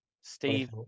Steve